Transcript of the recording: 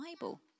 Bible